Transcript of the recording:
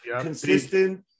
consistent